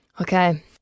Okay